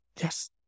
yes